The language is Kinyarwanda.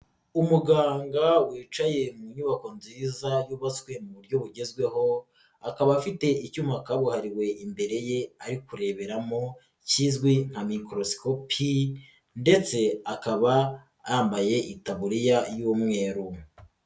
Umuganga wicaye mu nyubako nziza yubatswe mu buryo bugezweho akaba afite icyuma kabuhariwe imbere ye ari kureberamo kizwi nka mikorosikopi ndetse akaba yambaye itaburiya y'umweru.